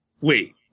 Wait